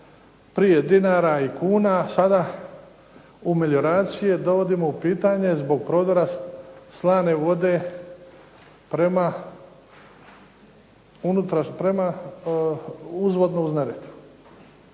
prije dinara i kuna sada u melioracije dovodimo u pitanje zbog prodora slane vode prema uzvodno uz Neretvu,